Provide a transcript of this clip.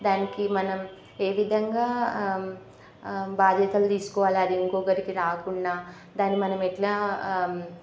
దానికి మనం ఏ విధంగా బాధ్యతలు తీసుకోవాలి అది ఇంకొకరికి రాకుండా దాన్ని మనం ఎట్లా